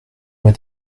mois